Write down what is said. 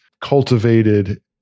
cultivated